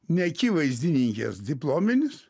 neakivaizdininkės diplominis